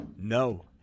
No